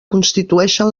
constitueixen